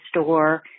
store